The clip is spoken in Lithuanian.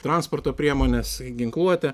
transporto priemones ginkluotę